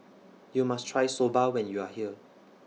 YOU must Try Soba when YOU Are here